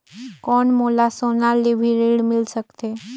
कौन मोला सोना ले भी ऋण मिल सकथे?